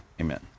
amen